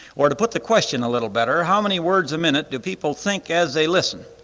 or to put the question a little better, how many words a minute do people think as they listen,